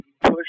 push